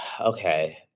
Okay